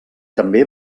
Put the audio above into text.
també